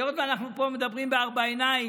היות שאנחנו מדברים פה בארבע עיניים,